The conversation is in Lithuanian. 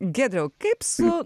giedriau kaip su